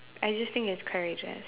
I just think it's correct just